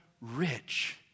rich